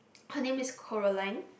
her name is Coraline